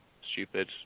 stupid